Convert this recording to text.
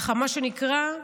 מה שנקרא,